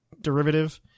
derivative